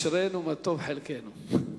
אשרינו, מה טוב חלקנו.